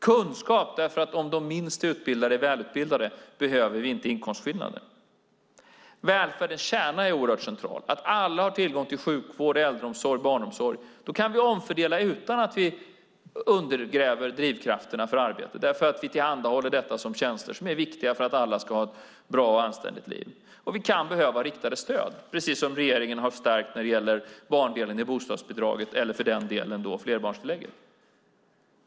Kunskap är viktigt, därför att om de minst utbildade är välutbildade behöver vi inte inkomstskillnader. Välfärdens kärna är oerhört central, att alla har tillgång till sjukvård, äldreomsorg och barnomsorg. Då kan vi omfördela utan att vi undergräver drivkrafterna för arbete, därför att vi tillhandahåller detta som tjänster som är viktiga för att alla ska ha ett bra och anständigt liv. Och vi kan behöva riktade stöd, precis som regeringen har förstärkt när det gäller barndelen i bostadsbidraget eller för den delen flerbarnstillägget.